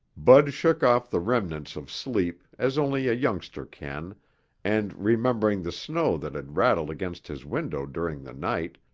bud shook off the remnants of sleep as only a youngster can and remembering the snow that had rattled against his window during the night,